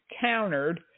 countered